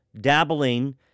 dabbling